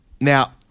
Now